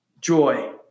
joy